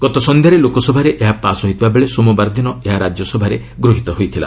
ଗତ ସନ୍ଧ୍ୟାରେ ଲୋକସଭାରେ ଏହା ପାସ୍ ହୋଇଥିବାବେଳେ ସୋମବାର ଦିନ ଏହା ରାଜ୍ୟସଭାରେ ଗୃହୀତ ହୋଇଥିଲା